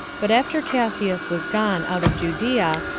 but after cassius was gone out of judea,